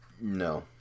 No